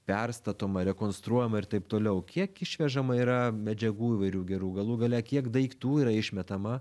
perstatoma rekonstruojama ir taip toliau kiek išvežama yra medžiagų įvairių gerų galų gale kiek daiktų yra išmetama